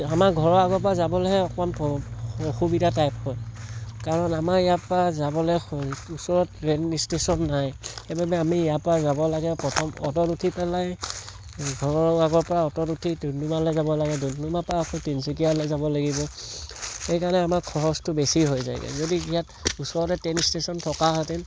আমাৰ ঘৰৰ আগৰ পৰা যাবলৈহে অলপ অসুবিধা টাইপ হয় কাৰণ আমাৰ ইয়াৰ পৰা যাবলৈ ওচৰত ট্ৰেইন ইষ্টেশ্যন নাই সেইবাবে আমি ইয়াৰ পৰা যাব লাগে প্ৰথম অ'টত উঠি পেলাই ঘৰৰ লগৰ পৰা অ'টত উঠি ডুমডুমালে যাব লাগে ডুমডুমাৰ পৰা আকৌ তিনচুকীয়ালৈ যাব লাগিব সেইকাৰণে আমাৰ খৰচটো বেছি হৈ যায়গৈ ইয়াত ওচৰতে ট্ৰেইন ইষ্টেশ্যন থকা হতিন